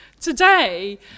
today